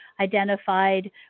identified